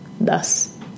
Thus